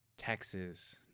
Texas